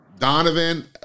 Donovan